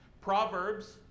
Proverbs